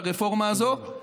לרפורמה הזאת.